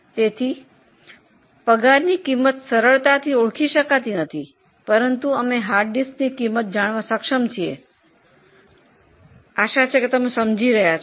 તેથી પગાર ખર્ચ ઓળખી શકાતી નથી પરંતુ હાર્ડ ડિસ્કનો ખર્ચ જાણી શકીએ છીએ શું તમે સમજો છો